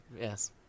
Yes